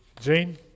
Jane